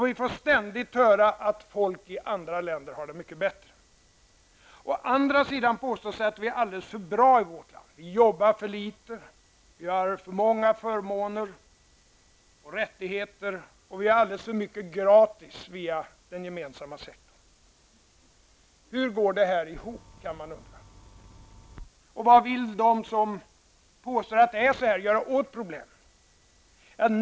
Vi får ständigt höra att folk i andra länder har det mycket bättre. Å andra sidan påstås att vi har det alldeles för bra i vårt land. Vi arbetar för litet, vi har för många förmåner och rättigheter och vi får alldeles för mycket gratis via den gemensamma sektorn. Hur går det ihop? kan man undra. Vad vill de som påstår detta göra åt problemen?